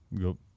go